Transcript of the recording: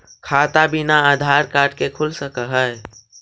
खाता बिना आधार कार्ड के खुल सक है?